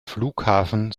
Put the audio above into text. flughafen